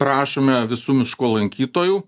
prašome visų miško lankytojų